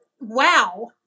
wow